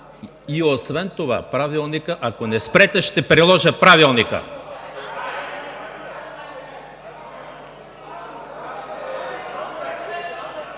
и освен това Правилникът… Ако не спрете, ще приложа Правилника!